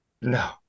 No